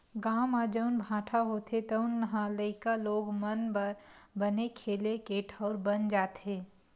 गाँव म जउन भाठा होथे तउन ह लइका लोग मन बर बने खेले के ठउर बन जाथे